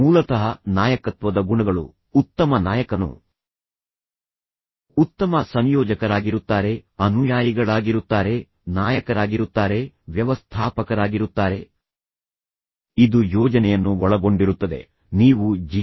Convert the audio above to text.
ಮೂಲತಃ ನಾಯಕತ್ವದ ಗುಣಗಳು ಉತ್ತಮ ನಾಯಕನು ಉತ್ತಮ ಸಂಯೋಜಕರಾಗಿರುತ್ತಾರೆ ಅನುಯಾಯಿಗಳಾಗಿರುತ್ತಾರೆ ನಾಯಕರಾಗಿರುತ್ತಾರೆ ವ್ಯವಸ್ಥಾಪಕರಾಗಿರುತ್ತಾರೆ ಇದು ಯೋಜನೆಯನ್ನು ಒಳಗೊಂಡಿರುತ್ತದೆ ನೀವು ಜಿ